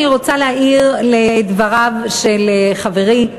אני רוצה להעיר לדבריו של חברי,